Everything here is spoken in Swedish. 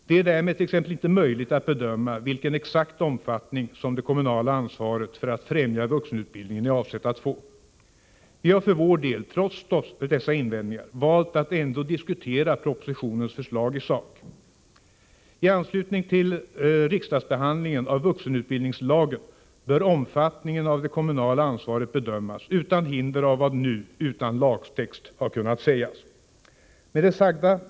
Det är därmed t.ex. inte möjligt att bedöma vilken exakt omfattning som det kommunala ansvaret för att främja vuxenutbildning är avsett att få. Vi har för vår del, trots dessa invändningar, valt att ändå diskutera propositionens förslag i sak. I anslutning till riksdagsbehandlingen av vuxenutbildningslagen bör omfattningen av det kommunala ansvaret bedömas utan hinder av vad som nu, utan lagtext, har kunnat sägas. Herr talman!